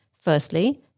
Firstly